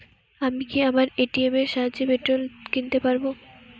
আমি কি আমার এ.টি.এম এর সাহায্যে পেট্রোল কিনতে পারব?